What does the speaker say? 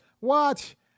watch